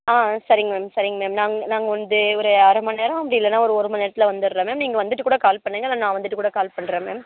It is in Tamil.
ஆ சரிங்க மேம் சரிங்க மேம் நாங் நாங்கள் வந்து ஒரு அரை மணி நேரம் அப்படி இல்லைன்னா ஒரு ஒரு மணி நேரத்தில் வந்துடுறோம் மேம் நீங்கள் வந்துட்டு கூட கால் பண்ணுங்க இல்லை நான் வந்துட்டு கூட கால் பண்ணுறேன் மேம்